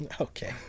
Okay